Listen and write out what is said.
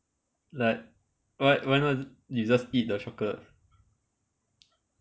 like why why not you just eat the chocolate